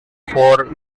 for